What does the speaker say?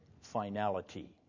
finality